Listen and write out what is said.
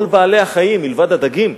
כל בעלי-החיים, מלבד הדגים,